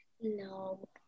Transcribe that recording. No